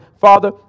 Father